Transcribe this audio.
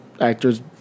actors